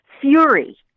fury